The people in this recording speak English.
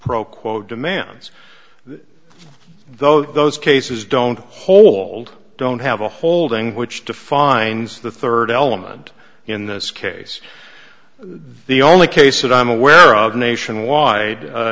pro quo demands though those cases don't hold don't have a holding which defines the third element in this case the only case that i'm aware of nationwide